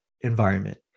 environment